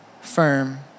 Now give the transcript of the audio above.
firm